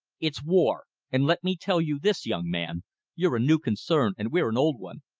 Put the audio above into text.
it's war! and let me tell you this, young man you're a new concern and we're an old one.